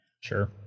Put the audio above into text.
sure